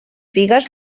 figues